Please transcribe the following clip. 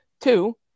Two